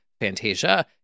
Fantasia